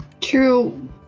True